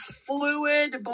fluid